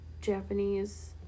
Japanese